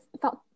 felt